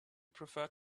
preferred